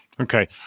Okay